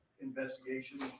Investigation